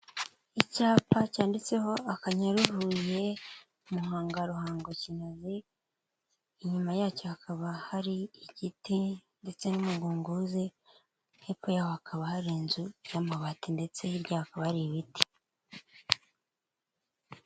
Icyapa cyanditseho akanyaru Huye, Muhanga, Ruhango Kinazi, inyuma yacyo hakaba hari igiti ndetse n'umugunguzi, hepfo yaho hakaba hari inzu y'amabati ndetse hirya hakabah ari ibiti.